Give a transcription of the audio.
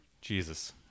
Jesus